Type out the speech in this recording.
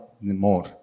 More